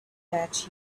that